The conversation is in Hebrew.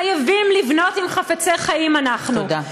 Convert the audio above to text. חייבים לבנות, אם חפצי חיים אנחנו, תודה.